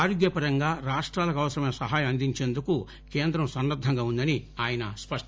ఆరోగ్యపరంగా రాష్టాలకు అవసరమైన సహాయం అందించేందుకు కేంద్రం సంసిద్దంగా ఉందని చెప్పారు